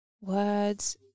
Words